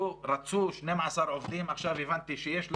רצו 12 עובדים, עכשיו הבנתי שכל